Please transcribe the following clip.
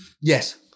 yes